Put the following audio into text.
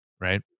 Right